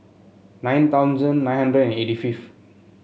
nine thousand nine hundred and eighty fifth